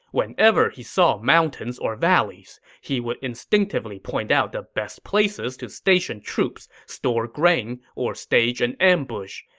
whenever he saw mountains or valleys, he would instinctively point out the best places to station troops, store grain, or stage an ambush.